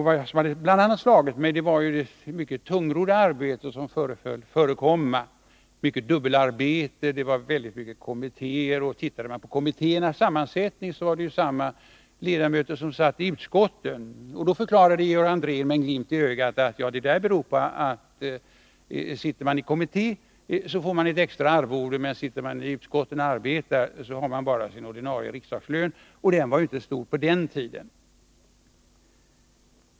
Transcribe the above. Vad som bl.a. hade slagit mig var det mycket tungrodda arbete som tycktes förekomma. Där gjordes mycket dubbelarbete. Det fanns väldigt många kommittéer, och tittade man på kommittéernas sammansättning fann man att där satt samma ledamöter som i utskotten. Georg Andrén förklarade då med en glimt i ögat att det berodde på att man fick ett extra arvode om man satt i kommitté, men satt man i utskott och arbetade hade man bara sin ordinarie riksdagslön, och den var ju inte stor på den tiden!